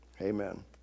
amen